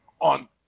on